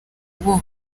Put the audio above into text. ubu